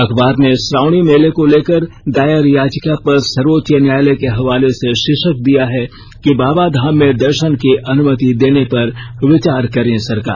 अखबार ने श्रावणी मेले को लेकर दायर याचिका पर सर्वोच्च न्यायालय के हवाले से शीर्षक दिया है कि बाबाधाम में दर्शन की अनुमति देने पर विचार करे सरकार